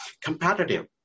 competitive